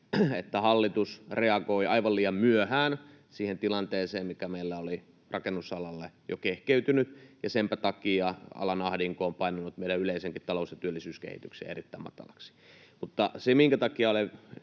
että hallitus reagoi aivan liian myöhään siihen tilanteeseen, mikä meillä oli rakennusalalle jo kehkeytynyt, ja senpä takia alan ahdinko on painanut meidän yleisenkin talous- ja työllisyyskehityksen erittäin matalaksi. Mutta se, minkä takia olen